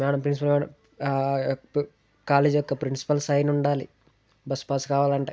madam principal madam college అక్క principal sign ఉండాలి bus pass కావాలంటే